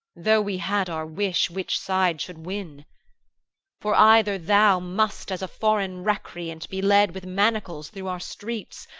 though we had our wish, which side should win for either thou must, as a foreign recreant, be led with manacles through our streets,